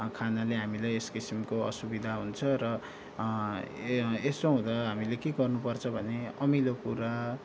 खानाले हामीलाई यस किसिमको असुविधा हुन्छ र ए यस्तो हुँदा हामीले के गर्नुपर्छ भने अमिलो कुरा